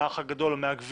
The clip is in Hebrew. מהאח הגדול או מהגביר.